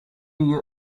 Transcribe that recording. you